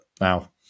now